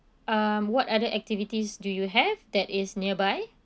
um what other activities do you have that is nearby